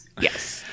Yes